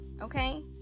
Okay